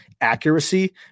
accuracy